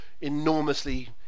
enormously